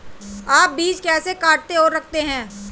आप बीज कैसे काटते और रखते हैं?